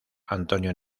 antonio